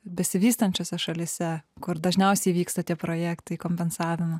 besivystančiose šalyse kur dažniausiai vyksta tie projektai kompensavimo